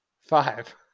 five